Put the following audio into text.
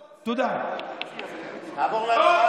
לסוריה, לסוריה.